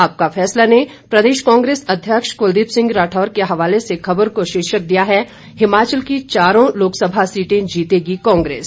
आपका फैसला ने प्रदेश कांग्रेस अध्यक्ष कुलदीप सिंह राठौर के हवाले से खबर को शीर्षक दिया है हिमाचल की चारों लोकसभा सीटें जीतेगी कांग्रेस